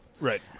Right